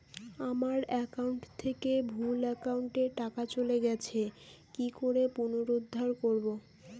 আমার একাউন্ট থেকে ভুল একাউন্টে টাকা চলে গেছে কি করে পুনরুদ্ধার করবো?